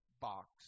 box